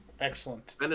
excellent